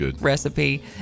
recipe